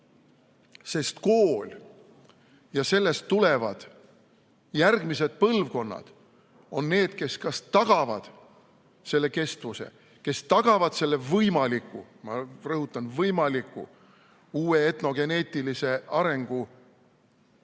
Sest kool ja sealt tulevad järgmised põlvkonnad on need, kes kas tagavad selle kestvuse, kes tagavad selle võimaliku – ma rõhutan: võimaliku – uue etnogeneetilise arengu